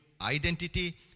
identity